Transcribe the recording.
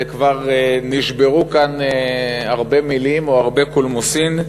וכבר נשברו כאן הרבה מילים או הרבה קולמוסים,